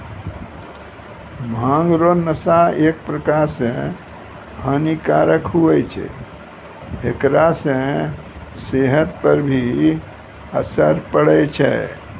भांग रो नशा एक प्रकार से हानी कारक हुवै छै हेकरा से सेहत पर भी असर पड़ै छै